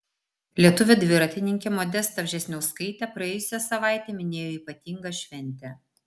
lietuvė dviratininkė modesta vžesniauskaitė praėjusią savaitę minėjo ypatingą šventę